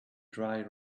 dry